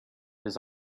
his